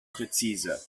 präzise